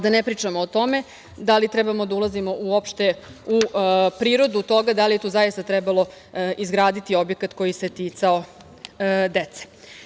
Da ne pričamo o tome da li trebamo da ulazimo uopšte u prirodu toga da li je tu zaista trebalo izgraditi objekat koji se ticao dece.